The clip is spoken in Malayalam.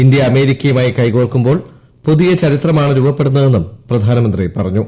ഇന്ത്യ അമേരിക്കയുമായി കൈകോർക്കു്മ്പോൾ പുതിയ ചരിത്രമാണ് രചിക്കപ്പെടുന്നതെന്ന് പ്രധാിജ്മൃത്തി പറഞ്ഞു